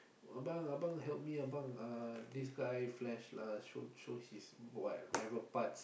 abang abang help me abang uh this guy flash lah show show his what private parts